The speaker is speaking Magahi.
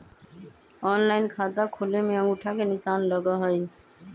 ऑनलाइन खाता खोले में अंगूठा के निशान लगहई?